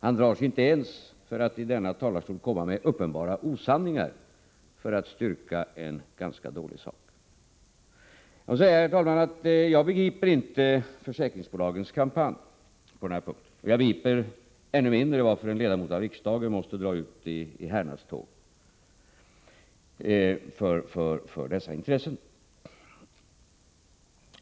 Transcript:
Han drar sig inte ens för att från talarstolen komma med uppenbara osanningar i syfte att styrka en ganska dålig sak. Jag begriper inte försäkringsbolagens kampanj på denna punkt, och jag begriper ännu mindre varför en ledamot av riksdagen måste dra i härnad för dessa intressen.